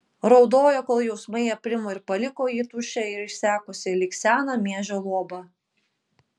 raudojo kol jausmai aprimo ir paliko jį tuščią ir išsekusį lyg seną miežio luobą